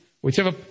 whichever